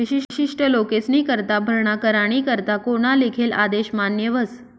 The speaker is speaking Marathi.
विशिष्ट लोकेस्नीकरता भरणा करानी करता कोना लिखेल आदेश मान्य व्हस